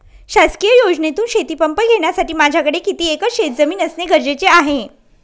शासकीय योजनेतून शेतीपंप घेण्यासाठी माझ्याकडे किती एकर शेतजमीन असणे गरजेचे आहे?